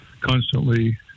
constantly